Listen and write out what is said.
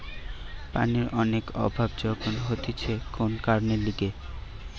পানির অনেক অভাব যখন হতিছে কোন কারণের লিগে